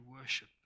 worship